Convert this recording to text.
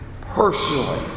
personally